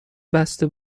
بسته